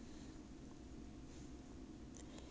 I don't think so leh I don't know leh